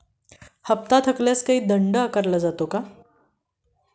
हप्ता थकल्यास काही दंड आकारला जातो का?